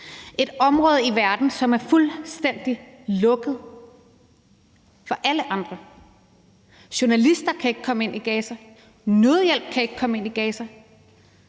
et område i verden, som er fuldstændig lukket for alle andre. Journalister kan ikke komme ind i Gaza, og nødhjælp kan ikke komme ind i Gaza.